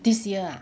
this year ah